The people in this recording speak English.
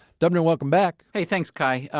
dubner, welcome back hey thanks kai.